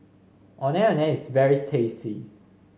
Ondeh Ondeh is very tasty